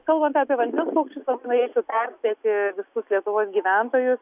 kalbant apie vandens paukščius aš norėčiau perspėti visus lietuvos gyventojus